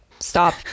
stop